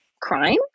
crime